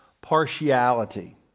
partiality